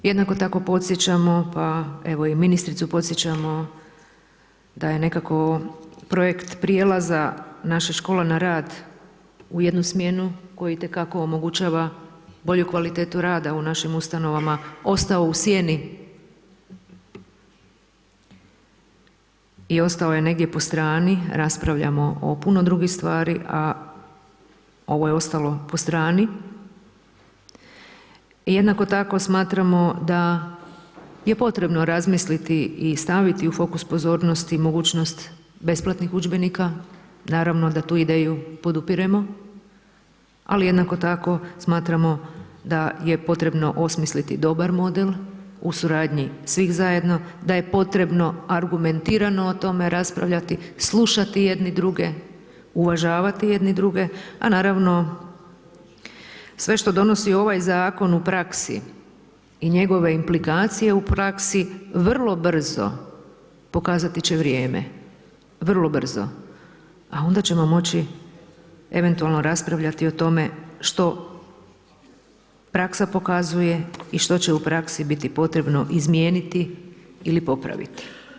Jednako tako podsjećamo, pa evo i ministricu podsjećamo da je nekako projekt prijelaza naše škola na rad u jednu smjenu koji itekako omogućava bolju kvalitetu rada u našim ustanovama, ostao u sjeni i ostao je negdje po strani, raspravljamo o puno drugih stvari a ovo je ostalo po strani i jednako tako smatramo je potrebno razmisliti i staviti u fokus pozornost i mogućnost besplatnih udžbenika, naravno da tu ideju podupiremo ali jednako tamo smatramo da je potrebno osmisliti dobar model u suradnji svih zajedno, da je potrebno argumentirano o tome raspravljati, slušati jedni druge, uvažavati jedni druge a naravno sve što donosi ovaj zakon u praksi i njegove implikacije u praksi, vrlo brzo pokazati će vrijeme, vrlo brzo, a onda ćemo moći eventualno raspravljati o tome što praksa pokazuje i što će u praksi biti potrebno izmijeniti ili popraviti.